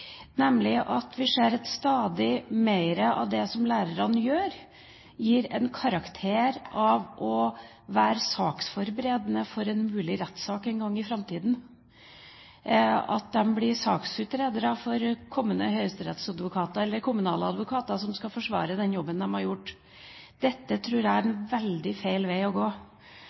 nemlig at vi ser at stadig mer av det lærerne gjør, har karakter av å være saksforberedelse for en mulig rettssak en gang i framtida, at de blir saksutredere for kommende høyesterettsadvokater eller kommunaladvokater som skal forsvare den jobben de har gjort. Dette tror jeg er en veldig feil vei å gå.